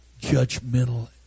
judgmental